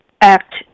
Act